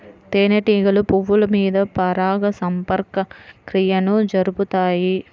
తేనెటీగలు పువ్వుల మీద పరాగ సంపర్క క్రియను జరుపుతాయి